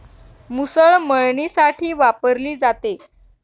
मुसळ मळणीसाठी वापरली जाते